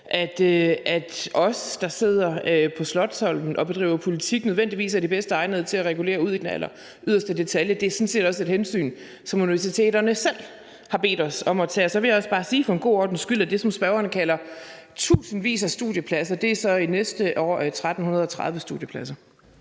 at os, der sidder på Slotsholmen og bedriver politik, nødvendigvis er de bedst egnede til at regulere ud i den alleryderste detalje. Det er sådan set også et hensyn, som universiteterne selv har bedt os om at tage. Så vil jeg også bare for god ordens skyld sige, at det, som spørgeren kalder tusindvis af studiepladser, i næste år er 1.330 studiepladser.